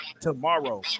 tomorrow